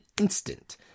instant